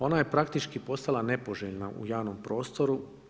Ona je praktički postala nepoželjna u javnom prostoru.